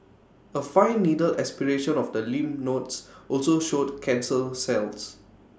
A fine needle aspiration of the lymph nodes also showed cancer cells